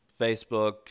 facebook